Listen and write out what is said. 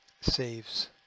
saves